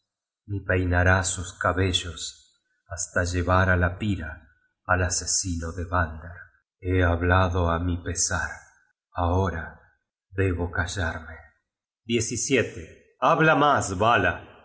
ni peinará sus cabellos hasta llevar á la pira al asesino de balder he hablado á mi pesar ahora debo callarme content from google book